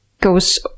goes